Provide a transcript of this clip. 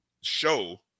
show